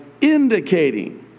indicating